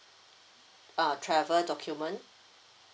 uh travel document